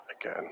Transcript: again